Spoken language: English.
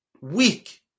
weak